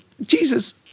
Jesus